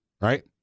right